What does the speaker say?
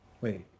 wait